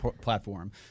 platform